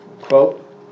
quote